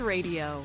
Radio